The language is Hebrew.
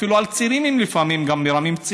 אפילו צעירים הם לפעמים גם מרמים.